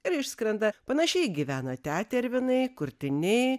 ir išskrenda panašiai gyvena tetervinai kurtiniai